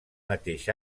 mateix